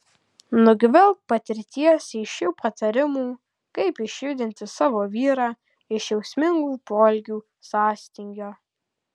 nugvelbk patirties iš šių patarimų kaip išjudinti savo vyrą iš jausmingų poelgių sąstingio